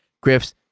Griff's